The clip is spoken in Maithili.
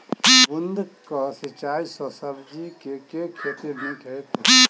बूंद कऽ सिंचाई सँ सब्जी केँ के खेती नीक हेतइ?